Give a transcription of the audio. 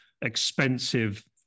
expensive